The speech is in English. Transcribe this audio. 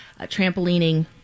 trampolining